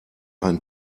ein